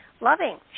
loving